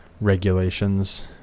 regulations